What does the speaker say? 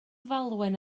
falwen